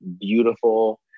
beautiful